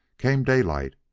came daylight,